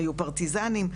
היו פרטיזנים,